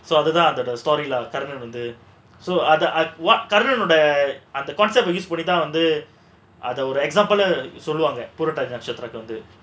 so other than that the story lah Karnan வந்து:karnan vandhu so other கர்ணனோட அந்த:karnanoda andha concept use பண்ணிதான் வந்து அத ஒரு:pannithaan vandhu adha oru example சொல்வாங்க பூரட்டாதி நட்சத்திரம் வந்து:solvaanga pooraataathi natchathiram vandhu